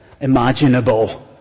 imaginable